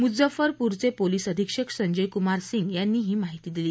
मुजफ्फरपूरचे police अधीक्षक संजय कुमार सिंग यांनी ही माहिती दिली